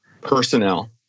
personnel